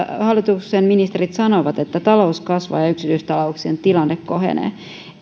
hallituksen ministerit sanovat että talous kasvaa ja ja yksityistalouksien tilanne kohenee